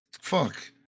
fuck